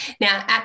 Now